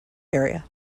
area